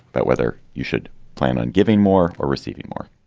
but whether you should plan on giving more or receiving more